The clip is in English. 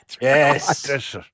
Yes